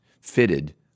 fitted